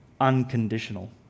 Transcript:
unconditional